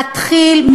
רוצים להתחיל,